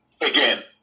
again